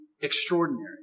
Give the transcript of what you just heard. extraordinary